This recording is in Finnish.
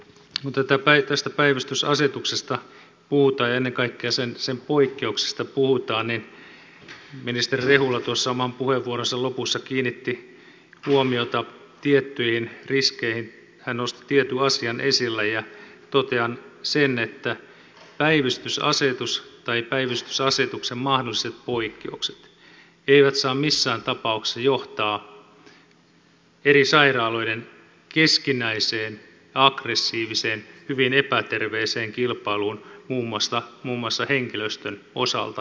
kun tästä päivystysasetuksesta puhutaan ja ennen kaikkea sen poikkeuksista puhutaan niin ministeri rehula tuossa oman puheenvuoronsa lopussa kiinnitti huomiota tiettyihin riskeihin hän nosti tietyn asian esille ja totean sen että päivystysasetus tai päivystysasetuksen mahdolliset poikkeukset eivät saa missään tapauksessa johtaa eri sairaaloiden keskinäiseen aggressiiviseen hyvin epäterveeseen kilpailuun muun muassa henkilöstön osalta